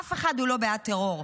אף אחד לא בעד טרור,